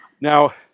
Now